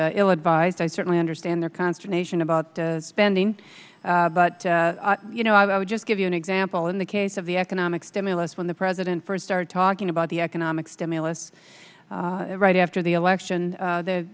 ill advised i certainly understand their consternation about spending but you know i would just give you an example in the case of the economic stimulus when the president first started talking about the economic stimulus right after the election